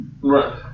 Right